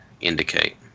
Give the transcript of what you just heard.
indicate